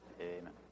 Amen